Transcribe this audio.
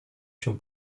się